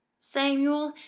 samuel,